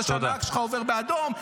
זה שהנהג שלך עובר באדום,